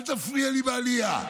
אל תפריע לי בעלייה,